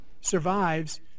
survives